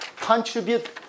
contribute